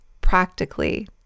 practically